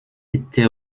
était